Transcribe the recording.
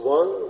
one